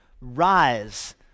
rise